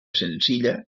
senzilla